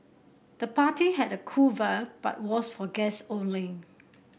the party had a cool vibe but was for guests only